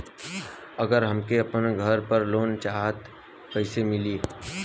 अगर हमके अपने घर पर लोंन चाहीत कईसे मिली?